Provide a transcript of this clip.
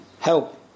help